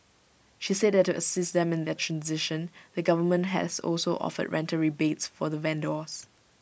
she said that to assist them in their transition the government has also offered rental rebates for the vendors